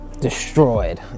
destroyed